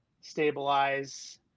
stabilize